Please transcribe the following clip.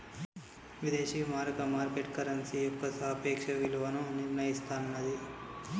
విదేశీ మారక market currency యొక్క సాపేక్ష విలువను నిర్ణయిస్తన్నాది